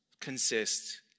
consist